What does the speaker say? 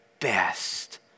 best